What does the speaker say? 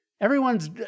Everyone's